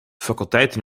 faculteiten